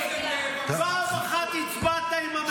--- פעם אחת הצבעת עם הממשלה?